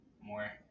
more